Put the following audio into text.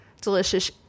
delicious